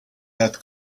had